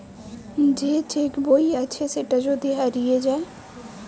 যে চেক বই আছে সেটা যদি হারিয়ে যায়